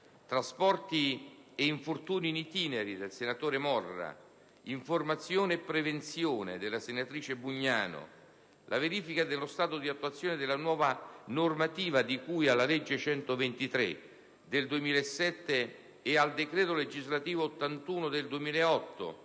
trasporti ed infortuni *in itinere* (coordinato dal senatore Morra); formazione e prevenzione (coordinato dalla senatrice Bugnano); verifica dello stato di attuazione della nuova normativa di cui alla legge n. 123 del 2007 e al decreto legislativo n. 81 del 2008,